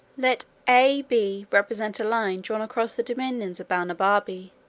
let a b represent a line drawn across the dominions of balnibarbi,